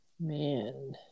Man